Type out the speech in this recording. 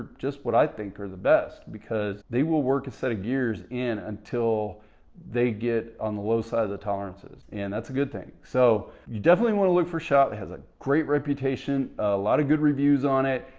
just what, i think, are the best because they will work a set of gears in until they get on the low side of the tolerances and that's a good thing. so you definitely want to look for a shop that has a great reputation, a lot of good reviews on it,